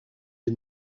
les